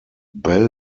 bell